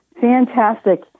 Fantastic